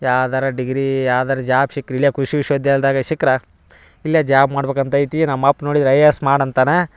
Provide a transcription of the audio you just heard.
ಯಾವ್ದಾರ ಡಿಗ್ರಿ ಯಾವ್ದಾರ ಜಾಬ್ ಸಿಕ್ರೆ ಇಲ್ಲೇ ಕೃಷಿ ವಿಶ್ವ ವಿದ್ಯಾಲ್ದಾಗ ಸಿಕ್ರೆ ಇಲ್ಲೇ ಜಾಬ್ ಮಾಡ್ಬೇಕು ಅಂತೈತಿ ನಮ್ಮಪ್ಪ ನೋಡಿದ್ರೆ ಐ ಎ ಎಸ್ ಮಾಡಿ ಅಂತಾನೆ